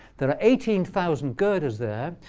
there are eighteen thousand girders there.